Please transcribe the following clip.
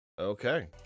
Okay